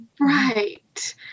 right